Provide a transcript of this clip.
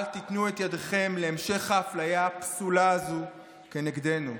אל תיתנו את ידכם להמשך האפליה הפסולה הזו נגדנו.